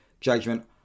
judgment